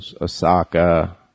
Osaka